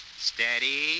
Steady